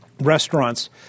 restaurants